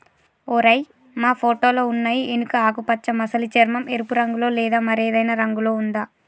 ఓరై మా ఫోటోలో ఉన్నయి ఎనుక ఆకుపచ్చ మసలి చర్మం, ఎరుపు రంగులో లేదా మరేదైనా రంగులో ఉందా